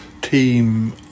team